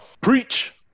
preach